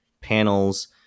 panels